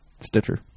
Stitcher